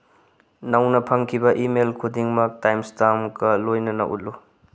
ꯅꯧꯅ ꯐꯪꯈꯤꯕ ꯏꯃꯦꯜ ꯈꯨꯗꯤꯡꯃꯛ ꯇꯥꯏꯝ ꯏꯁꯇꯥꯝꯀ ꯂꯣꯏꯅꯅ ꯎꯠꯂꯨ